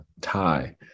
tie